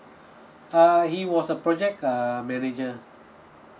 uh he was a project err manager